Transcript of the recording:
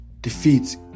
Defeat